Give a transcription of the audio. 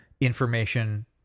information